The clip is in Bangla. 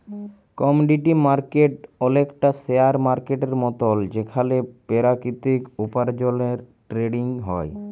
কমডিটি মার্কেট অলেকটা শেয়ার মার্কেটের মতল যেখালে পেরাকিতিক উপার্জলের টেরেডিং হ্যয়